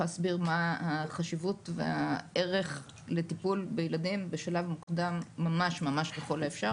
להסביר מה החשיבות והערך לטיפול בילדים בשלב מוקדם ממש ככל האפשר